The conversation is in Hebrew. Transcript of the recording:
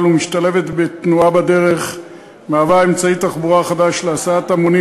ומשתלבת בתנועה בדרך מהווה אמצעי תחבורה חדש להסעת המונים